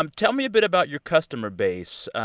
um tell me a bit about your customer base.